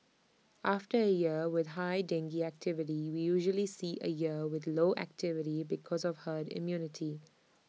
after A year with high dengue activity we usually see A year with low activity because of herd immunity